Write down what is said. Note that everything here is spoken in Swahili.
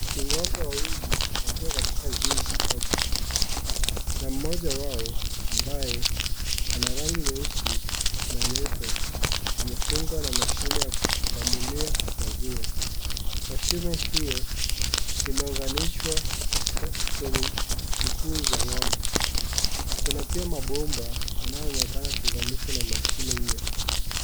Ng'ombe wawili, wakiwa katika zizi au banda na mmoja wao ambaye ana rangi nyeusi na nyeupe, amefungwa na mashine ya kukamulia maziwa. Mashine hiyo, imeunganishwa kwenye chukuu za ng'ombe. Kuna pia mabomba yanayoonekana kuunganishwa na mashine hiyo.